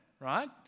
right